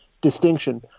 distinction